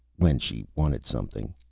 when she wanted something.